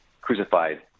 crucified